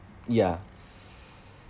yeah